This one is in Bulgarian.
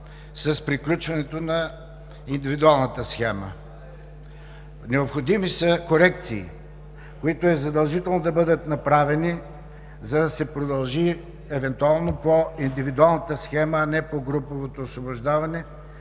с приключването на индивидуалната схема. Необходими са корекции, които е задължително да бъдат направени, за да се продължи евентуално по индивидуалната схема, а не по груповото освобождаване,